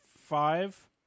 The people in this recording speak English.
five